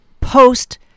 post-